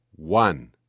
One